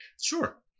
Sure